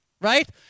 right